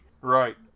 Right